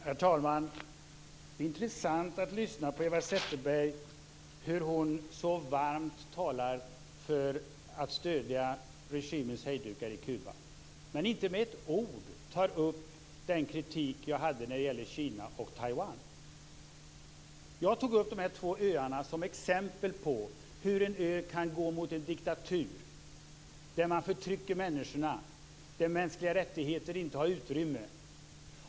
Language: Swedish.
Herr talman! Det är intressant att lyssna på Eva Zetterberg när hon så varmt talar om att man skall stödja regimens hejdukar i Kuba. Inte med ett ord tar hon upp den kritik som jag hade när det gällde Kina och Taiwan. Jag tog upp dessa två öar som exempel på hur en ö kan gå i riktning mot en diktatur, där man förtrycker människorna och där mänskliga rättigheter inte har utrymme.